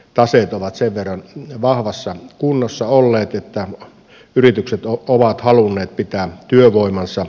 taseet ovat sen verran vahvassa kunnossa olleet että yritykset ovat halunneet pitää työvoimansa